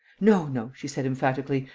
no, no, she said, emphatically,